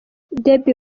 debby